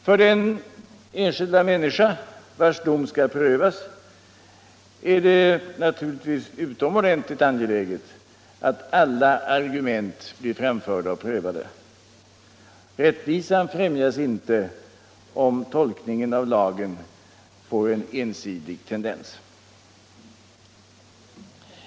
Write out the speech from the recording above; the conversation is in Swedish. För den enskilda människa vars dom skall prövas är det naturligtvis utomordentligt angeläget att alla argument blir framförda och prövade. Rättvisan främjas inte om tolkningen av lagen får en ensidig tendens.